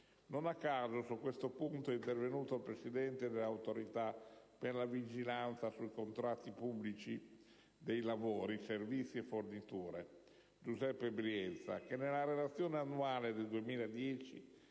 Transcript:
Non a caso su questo punto è intervenuto il presidente dell'Autorità per la vigilanza sui contratti pubblici dei lavori, servizi e forniture Giuseppe Brienza, che nella relazione annuale 2010